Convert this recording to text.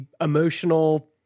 emotional